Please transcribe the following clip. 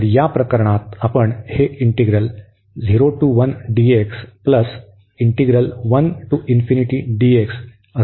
तर या प्रकरणात आपण हे इंटीग्रल असे वेगळे करू